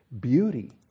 beauty